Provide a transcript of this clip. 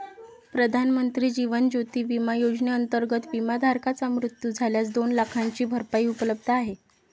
प्रधानमंत्री जीवन ज्योती विमा योजनेअंतर्गत, विमाधारकाचा मृत्यू झाल्यास दोन लाखांची भरपाई उपलब्ध आहे